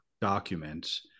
documents